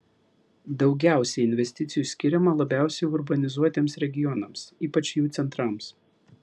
daugiausiai investicijų skiriama labiausiai urbanizuotiems regionams ypač jų centrams